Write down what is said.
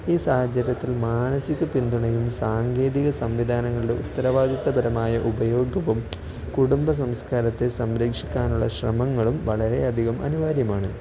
ഈ സാഹചര്യത്തിൽ മാനസിക പിന്തുണയും സാങ്കേതിക സംവിധാനങ്ങളുടെ ഉത്തരവാദിത്തപരമായ ഉപയോഗവും കുടുംബ സംസ്കാരത്തെ സംരക്ഷിക്കാനുള്ള ശ്രമങ്ങളും വളരെയധികം അനിവാര്യമാണ്